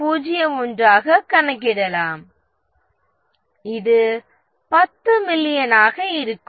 01 ஆகக் கணக்கிடலாம் இது 10 மில்லியனாக இருக்கும்